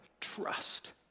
trust